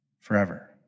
forever